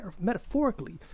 metaphorically